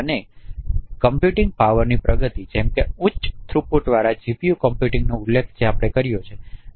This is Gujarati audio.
અને કમ્પ્યુટિંગ પાવરની પ્રગતિ જેમ કે ઉચ્ચ થ્રુપુટવાળા જીપીયુ કમ્પ્યુટિંગનો ઉલ્લેખ જે આપણે કર્યો છે તે આ એક ઉદાહરણ છે